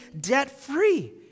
debt-free